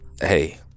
hey